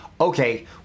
okay